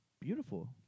beautiful